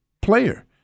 player